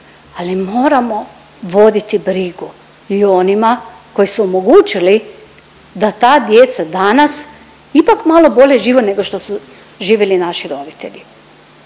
ali moramo voditi brigu i o onima koji su omogućili da ta djeca danas ipak malo bolje žive nego što su živjeli naši roditelji